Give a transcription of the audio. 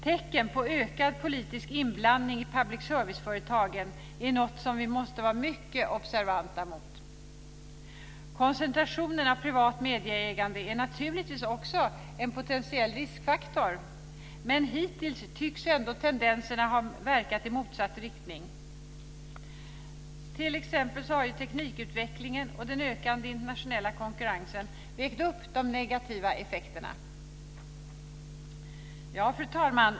Tecken på ökad politisk inblandning i public service-företagen är något som vi måste vara mycket observanta på. Koncentrationen av privat medieägande är naturligtvis också en potentiell riskfaktor, men hittills tycks ändå tendenserna ha verkat i motsatt riktning. T.ex. har teknikutvecklingen och den ökande internationella konkurrensen vägt upp de negativa effekterna. Fru talman!